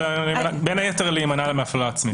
בין היתר מכוח הזכות להימנע מהפללה עצמית.